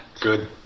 Good